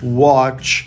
watch